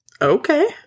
Okay